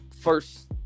first